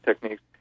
techniques